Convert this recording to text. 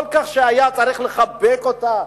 שהיה צריך לחבק אותה,